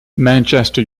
manchester